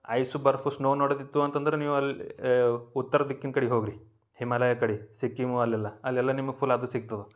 ice ಬರ್ಫ್ snow ನೋಡೋದಿತ್ತು ಅಂತಂದ್ರೆ ನೀವು ಅಲ್ಲಿಯೇ ಉತ್ತರ ದಿಕ್ಕಿನ ಕಡೆ ಹೋಗಿ ರೀ ಹಿಮಾಲಯ ಕಡೆ ಸಿಕ್ಕಿ ಅಲ್ಲೆಲ್ಲ ಅಲ್ಲೆಲ್ಲ ನಿಮ್ಗೆ ಫುಲ್ ಅದು ಸಿಗ್ತದೆ